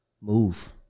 Move